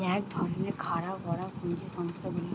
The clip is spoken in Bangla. এক ধরণের খাড়া করা পুঁজি সংস্থা গুলার